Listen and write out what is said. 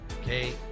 okay